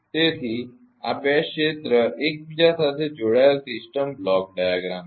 તેથી આ બે ક્ષેત્ર એકબીજા સાથે જોડાયેલ સિસ્ટમ બ્લોક ડાયાગ્રામ છે